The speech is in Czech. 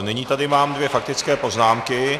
Nyní tady mám dvě faktické poznámky.